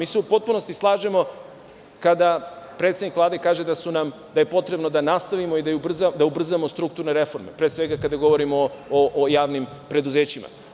U potpunosti se slažemo kada predsednik Vlade kaže da nam je potrebno da nastavimo i da ubrzamo strukturne reforme, pre svega, kada govorimo o javnim preduzećima.